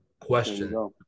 Question